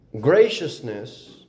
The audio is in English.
Graciousness